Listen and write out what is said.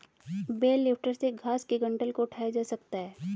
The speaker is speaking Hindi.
बेल लिफ्टर से घास के गट्ठल को उठाया जा सकता है